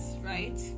right